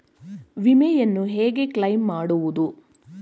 ವಿಮೆಯನ್ನು ಹೇಗೆ ಕ್ಲೈಮ್ ಮಾಡುವುದು?